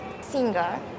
singer